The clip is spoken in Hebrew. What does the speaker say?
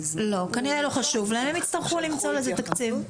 כנראה לא חשוב להם, הם יצטרכו למצוא לזה תקציב.